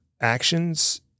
actions